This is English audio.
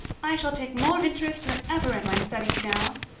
i shall take more interest than ever in my studies now,